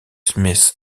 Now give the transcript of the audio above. smith